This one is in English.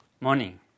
morning